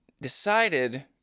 decided